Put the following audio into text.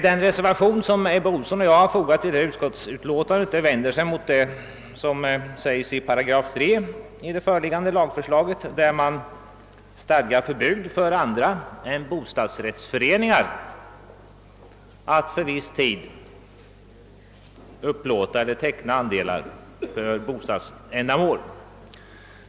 Den reservation som Ebbe Ohlsson och jag fogat till utlåtandet vänder sig mot vad som sägs i 3 § i det föreliggande lagförslaget, där det stadgas förbud för andra än bostadsrättsföreningar att för viss tid upplåta andelsrätt för bostadsändamål.